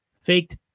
faked